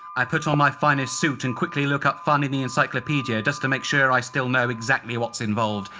i put on my finest suit and quickly look up fun in the encyclopaedia just to make sure i still know exactly what's involved.